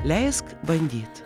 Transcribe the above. leisk bandyt